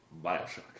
Bioshock